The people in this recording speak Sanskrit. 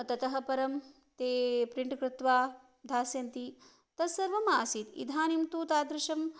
ततः परं ते प्रिण्ट् कृत्वा दास्यन्ति तत्सर्वम् आसीत् इदानीं तु तादृशं